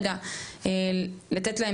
הם מנגנונים קטנים שאפשר רגע לתת להם